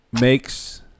makes